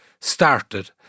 started